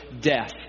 death